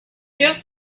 you